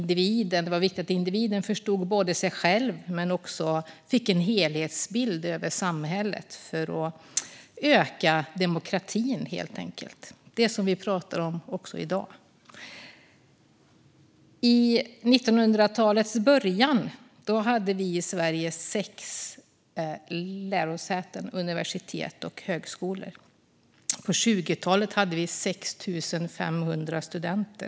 Det var viktigt att individen både förstod sig själv och fick en helhetsbild av samhället för att öka demokratin, och detta pratar vi om också i dag. I början av 1900-talet hade vi i Sverige sex lärosäten, universitet och högskolor. På 1920-talet hade vi 6 500 studenter.